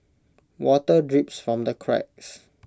water drips from the cracks